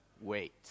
wait